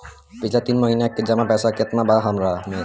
पिछला तीन महीना के जमा पैसा केतना बा हमरा खाता मे?